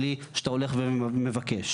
יופי, אבל זה מה שאני לא רוצה לעשות.